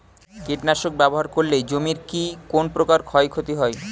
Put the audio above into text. কীটনাশক ব্যাবহার করলে জমির কী কোন প্রকার ক্ষয় ক্ষতি হয়?